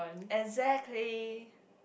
exactly